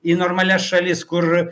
į normalias šalis kur